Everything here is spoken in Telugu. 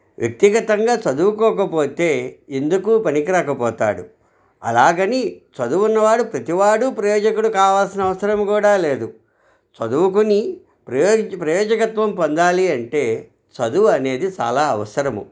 వ్యక్తిగతంగా చదువుకోకపోతే ఎందుకు పనికి రాకపోతాడు అలాగని చదువు ఉన్నవాడు ప్రతీవాడు ప్రయోజకుడు కావాల్సిన అవసరము కూడా లేదు చదువుకుని ప్రయో ప్రయోజకత్వం పొందాలి అంటే చదువు అనేది చాలా అవసరము